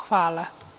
Hvala.